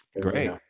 Great